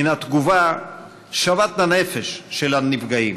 מהתגובה שוות הנפש של הנפגעים.